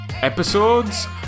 episodes